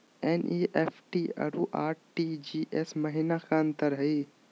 NEFT अरु RTGS महिना का अंतर हई?